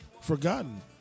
forgotten